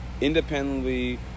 independently